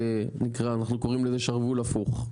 שאנחנו קוראים לזה שרוול הפוך.